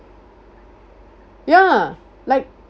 ya like